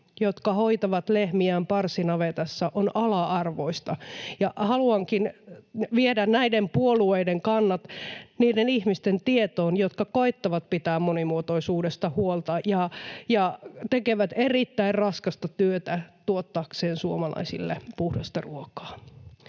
jotka hoitavat lehmiään parsinavetassa, on ala-arvoista, ja haluankin viedä näiden puolueiden kannat niiden ihmisten tietoon, jotka koettavat pitää monimuotoisuudesta huolta ja tekevät erittäin raskasta työtä tuottaakseen suomalaisille puhdasta ruokaa.